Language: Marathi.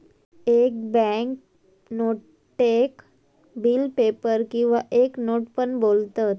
एक बॅन्क नोटेक बिल पेपर किंवा एक नोट पण बोलतत